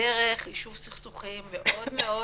דרך יישוב סכסוך מאוד מאוד